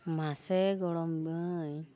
ᱢᱟᱥᱮ ᱜᱚᱲᱚᱢ ᱢᱟᱹᱭ